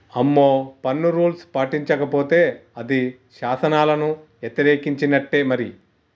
అమ్మో పన్ను రూల్స్ పాటించకపోతే అది శాసనాలను యతిరేకించినట్టే మరి